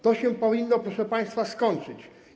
To się powinno, proszę państwa, skończyć.